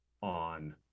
on